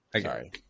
Sorry